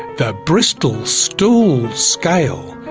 the bristol stool scale.